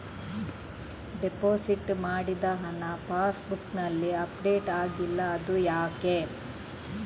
Deposit ಮಾಡಿದ ಹಣ ಪಾಸ್ ಬುಕ್ನಲ್ಲಿ ಅಪ್ಡೇಟ್ ಆಗಿಲ್ಲ ಅದು ಯಾಕೆ?